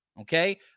Okay